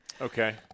okay